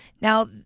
Now